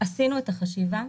עשינו את החשיבה.